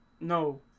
no